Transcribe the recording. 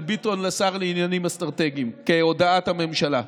ביטון לשר לעניינים אסטרטגיים כהודעת הממשלה,